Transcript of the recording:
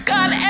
God